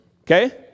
Okay